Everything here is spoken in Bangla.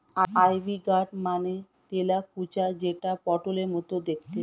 আই.ভি গার্ড মানে তেলাকুচা যেটা পটলের মতো দেখতে